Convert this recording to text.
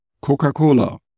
Coca-Cola